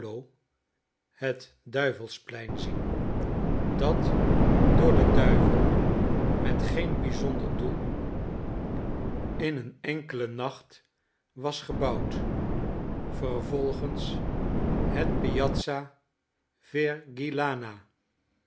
duivelsplein zien dat door den duivel met geen bijzonder doel in een enkelen nacht was gebouwd vervolgens het p